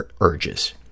urges